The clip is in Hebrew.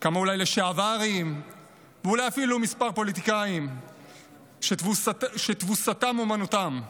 אולי כמה לשעברים ואולי אפילו מספר פוליטיקאים שתבוסתם אומנתם,